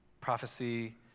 prophecy